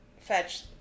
fetch